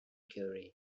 curie